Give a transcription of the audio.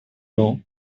know